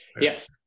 Yes